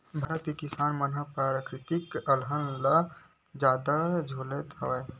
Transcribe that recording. भारत के किसान ह पराकिरितिक अलहन ल जादा झेलत हवय